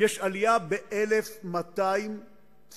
ואמצעים חדשים, יש עלייה ב-1,200 תפיסות.